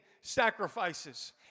sacrifices